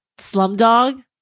Slumdog